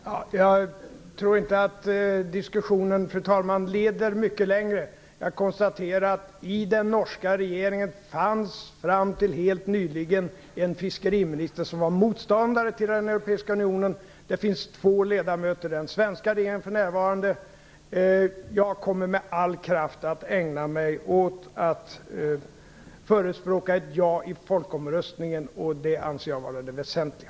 Fru talman! Jag tror inte att diskussionen leder mycket längre. Jag konstaterar att det i den norska regeringen fram till helt nyligen fanns en fiskeriminister som var motståndare till Europeiska unionen. Det finns för närvarande två sådana ledamöter i den svenska regeringen. Jag kommer med all kraft att förespråka ett ja i folkomröstningen, och det anser jag vara det väsentliga.